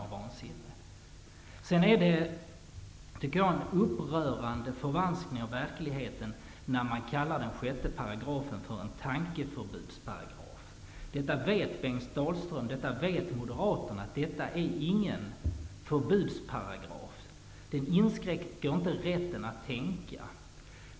Det är en upprörande förvanskning av verkligheten när man kallar 6 § för en tankeförbudslag. Detta vet Bengt Dalström och Moderaterna. Detta är ingen förbudslag. Den inskränker inte rätten att tänka.